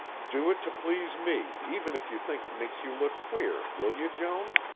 do it to please me, even if you think it makes you look queer, will you, joan?